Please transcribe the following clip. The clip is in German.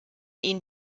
ihn